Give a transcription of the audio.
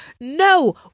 No